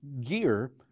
gear